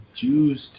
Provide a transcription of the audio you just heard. Jews